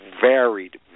varied